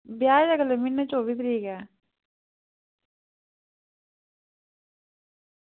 ब्याह् अगले म्हीनै चौबी तरीक ऐ